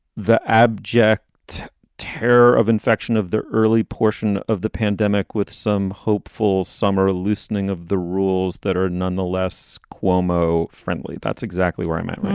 the abject terror of infection of the early portion of the pandemic with some hopeful summer loosening of the rules that are nonetheless cuomo friendly. that's exactly where i'm at